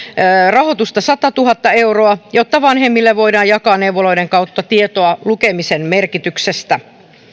rahoitusta satatuhatta euroa jotta vanhemmille voidaan jakaa neuvoloiden kautta tietoa lukemisen merkityksestä